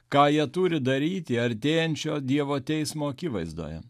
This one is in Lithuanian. ką jie turi daryti artėjančio dievo teismo akivaizdoje